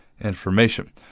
information